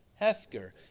hefker